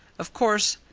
of course,